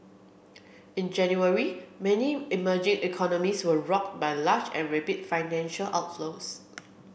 in January many emerging economies were rocked by large and rapid financial outflows